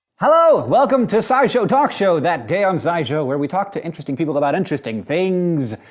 hello! welcome to scishow talk show, that day on scishow where we talk to interesting people about interesting things.